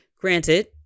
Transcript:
Granted